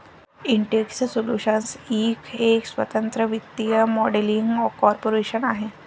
Intex Solutions Inc एक स्वतंत्र वित्तीय मॉडेलिंग कॉर्पोरेशन आहे